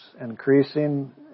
increasing